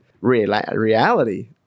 reality